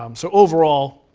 um so, overall,